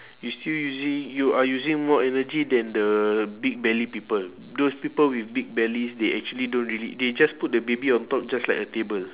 you still using you are using more energy than the big belly people those people with big bellies they actually don't really they just put the baby on top just like a table